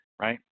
right